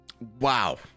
wow